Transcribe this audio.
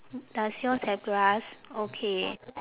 does yours have grass okay